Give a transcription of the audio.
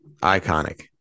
iconic